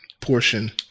portion